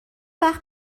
وقت